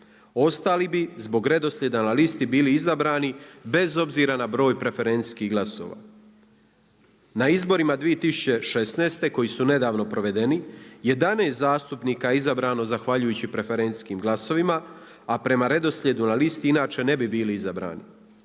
Ostali bi zbog redoslijeda na listi bili izabrani bez obzira na broj preferencijskih glasova. Na izborima 2016. koji su nedavno provedeni 11 zastupnika je izabrano zahvaljujući preferencijskim glasovima, a prema redoslijedu na listi inače ne bi bili izabrani.